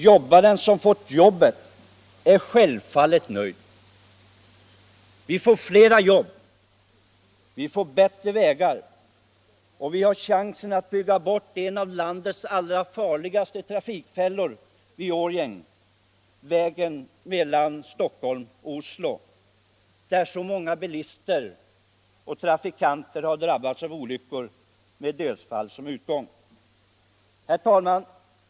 Jobbaren som fått jobbet är självfallet nöjd: Vi får flera jobb, vi får bättre vägar och vi har chansen att bygga bort en av landets allra farligaste trafikfällor vid Årjäng — vägen mellan Stockholm och Oslo, där så många bilister och andra trafikanter har drabbats av olyckor med dödsfall som utgång.